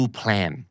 plan